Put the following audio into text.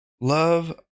Love